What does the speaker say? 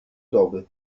doby